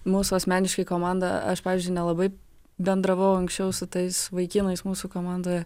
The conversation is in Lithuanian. mūsų asmeniškai komanda aš pavyzdžiui nelabai bendravau anksčiau su tais vaikinais mūsų komandoje